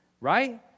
right